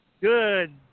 Good